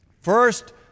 First